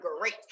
great